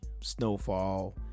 snowfall